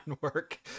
work